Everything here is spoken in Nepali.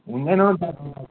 हुँदैन हो दार्जिलिङ रोड